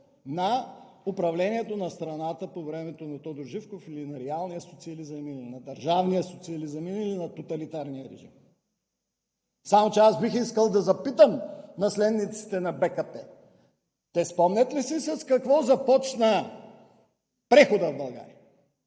на управлението на страната по времето на Тодор Живков или на реалния социализъм, или на държавния социализъм, или на тоталитарния режим. Само че аз бих искал да запитам наследниците на БКП: те спомнят ли си с какво започна преходът в България?